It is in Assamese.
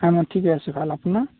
অঁ মই ঠিকে আছোঁ ভাল আপোনাৰ